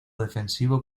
defensivo